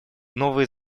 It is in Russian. новый